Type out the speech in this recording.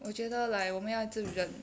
我觉得 like 我们要一直忍